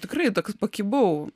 tikrai toks pakibau